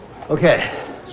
Okay